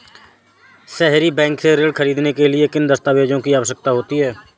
सहरी बैंक से ऋण ख़रीदने के लिए किन दस्तावेजों की आवश्यकता होती है?